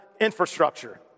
infrastructure